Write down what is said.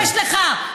תתבייש לך.